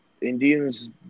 Indians